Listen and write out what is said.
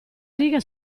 riga